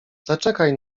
zaczekaj